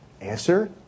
Answer